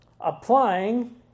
applying